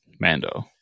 Mando